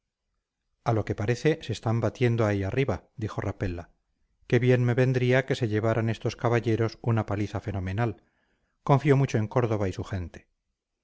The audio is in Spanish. a lo que parece se están batiendo ahí arriba dijo rapella qué bien me vendría que se llevaran estos caballeros una paliza fenomenal confío mucho en córdova y su gente